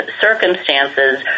circumstances